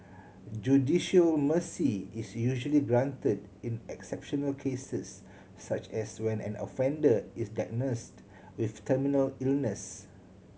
judicial mercy is usually granted in exceptional cases such as when an offender is diagnosed with terminal illness